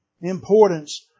importance